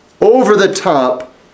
over-the-top